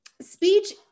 Speech